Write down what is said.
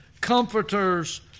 comforters